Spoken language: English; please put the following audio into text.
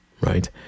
right